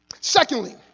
Secondly